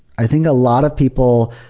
i think a lot of people,